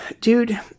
dude